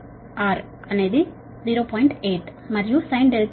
8 మరియు sin R0